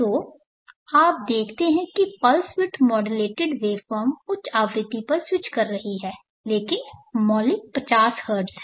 तो आप देखते हैं कि पल्स विड्थ मॉड्यूलेटेड वेवफॉर्म उच्च आवृत्ति पर स्विच कर रही है लेकिन मौलिक 50 हर्ट्ज है